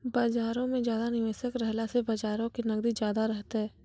बजार मे ज्यादा निबेशक रहला से बजारो के नगदी ज्यादा रहतै